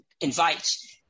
invites